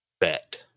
bet